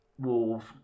Wolves